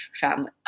family